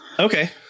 okay